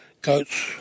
goats